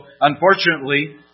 unfortunately